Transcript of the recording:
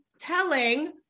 telling